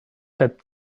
had